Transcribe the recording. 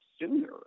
sooner